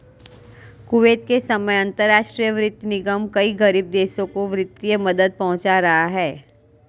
Kuwait के समय अंतरराष्ट्रीय वित्त निगम कई गरीब देशों को वित्तीय मदद पहुंचा रहा है